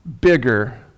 bigger